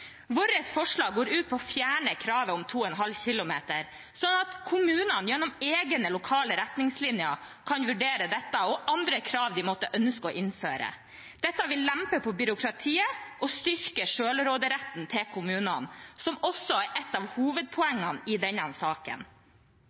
Vårt forslag går ut på å fjerne kravet om 2,5 km, sånn at kommunene gjennom egne lokale retningslinjer kan vurdere dette og andre krav de måtte ønske å innføre. Dette vil lempe på byråkratiet og styrke selvråderetten til kommunene, som også er et av hovedpoengene i denne saken.